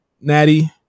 Natty